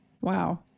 Wow